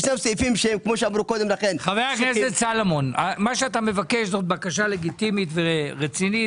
מה שאתה מבקש זו בקשה לגיטימית ורצינית,